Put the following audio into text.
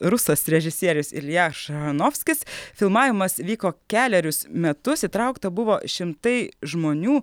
rusas režisierius ilja šaranovskis filmavimas vyko kelerius metus įtraukta buvo šimtai žmonių